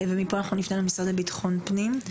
ומפה אנחנו נפנה למשרד לביטחון פנים.